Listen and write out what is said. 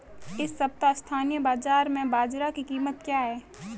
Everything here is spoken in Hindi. इस सप्ताह स्थानीय बाज़ार में बाजरा की कीमत क्या है?